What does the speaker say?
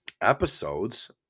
episodes